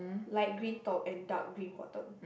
like green top and dark green bottom